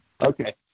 Okay